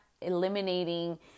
eliminating